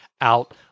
out